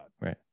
Right